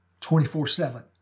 24-7